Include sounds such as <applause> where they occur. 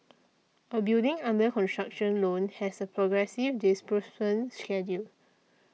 a building under construction loan has a progressive <unintelligible> schedule